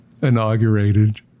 inaugurated